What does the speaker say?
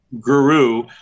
guru